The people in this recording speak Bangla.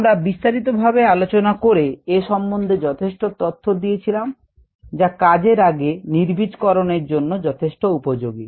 আমরা বিস্তারিতভাবে আলোচনা করে এ সম্বন্ধে যথেষ্ট তথ্য দিয়েছিলাম যা কাজের আগে নির্বীজকরণ এর জন্য যথেষ্ট উপযোগী